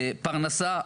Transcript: פרנסה,